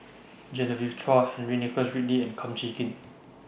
Genevieve Chua Henry Nicholas Ridley and Kum Chee Kin